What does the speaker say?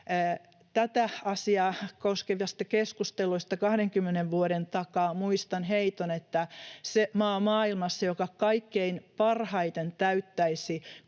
Tätä asiaa koskevasta keskustelusta 20 vuoden takaa muistan heiton, että se maa maailmassa, joka kaikkein parhaiten täyttäisi